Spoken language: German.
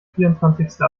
vierundzwanzigste